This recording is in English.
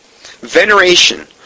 veneration